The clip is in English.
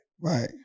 right